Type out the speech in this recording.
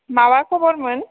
माबा खबरमोन